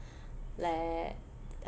like